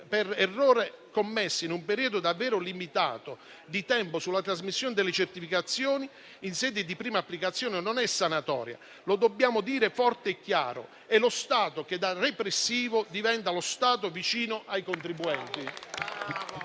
per errori commessi in un periodo davvero limitato di tempo sulla trasmissione delle certificazioni in sede di prima applicazione non è sanatoria. Lo dobbiamo dire forte e chiaro, è lo Stato che da repressivo diventa lo Stato vicino ai contribuenti.